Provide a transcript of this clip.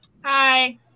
Hi